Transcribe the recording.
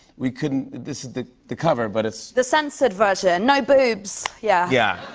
we couldn't this is the the cover, but it's the censored version. no boobs, yeah. yeah.